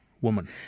woman